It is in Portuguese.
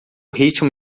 ritmo